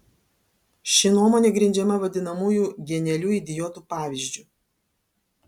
ši nuomonė grindžiama vadinamųjų genialių idiotų pavyzdžiu